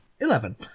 Eleven